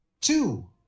Two